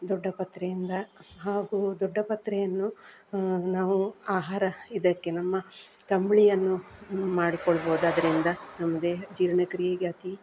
ದೊಡ್ಡಪತ್ರೆಯಿಂದ ಹಾಗೂ ದೊಡ್ಡಪತ್ರೆಯನ್ನು ನಾವು ಆಹಾರ ಇದಕ್ಕೆ ನಮ್ಮ ತಂಬುಳಿಯನ್ನು ಮಾಡಿಕೊಳ್ಬೋದು ಅದರಿಂದ ನಮ್ಮ ದೇಹ ಜೀರ್ಣಕ್ರಿಯೆಗೆ ಅತಿ